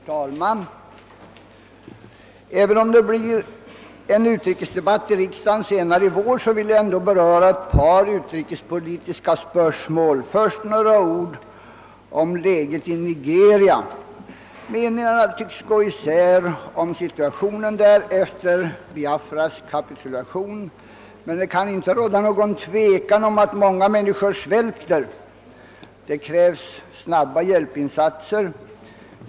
Herr talman! Även om det blir en utrikesdebatt i riksdagen senare i vår vill jag ändå beröra ett par utrikespolitiska spörsmål. Först några ord om läget i Nigeria. Meningarna tycks gå isär om situationen där efter Biafras kapitulation, men det kan inte råda något tvivel om att många människor svälter. Det krävs snabba hjälpinsatser.